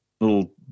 little